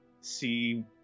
see